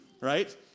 right